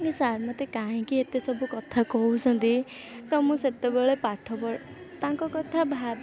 sir ମୋତେ କାହିଁକି ଏତେ ସବୁ କଥା କହୁଛନ୍ତି ତ ମୁଁ ସେତେବେଳେ ପାଠପଢ଼ ତାଙ୍କ କଥା ଭାବ